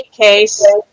case